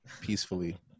peacefully